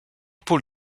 paul